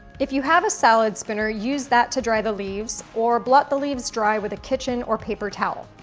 if you have a salad spinner, use that to dry the leaves or blot the leaves dry with a kitchen or paper towel.